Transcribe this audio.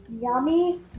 yummy